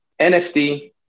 NFT